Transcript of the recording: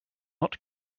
not